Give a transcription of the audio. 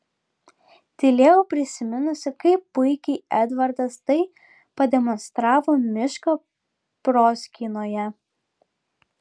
tylėjau prisiminusi kaip puikiai edvardas tai pademonstravo miško proskynoje